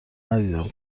ندیدم